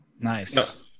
Nice